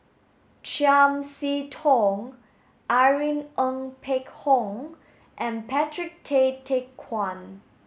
Chiam See Tong Irene Ng Phek Hoong and Patrick Tay Teck Guan